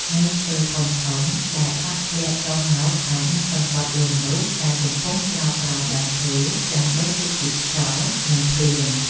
មែកឈើធំៗដែលបាក់ធ្លាក់ចុះមកអាចនឹងសង្កត់លើមនុស្សដែលកំពុងជ្រកក្រោមដើមឈើដើម្បីគេចពីខ្យល់ និងភ្លៀង។